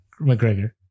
McGregor